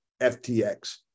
FTX